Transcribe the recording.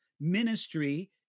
ministry